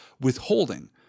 withholding